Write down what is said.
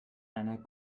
einer